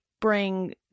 bring